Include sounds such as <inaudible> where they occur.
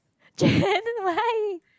Jen <breath> why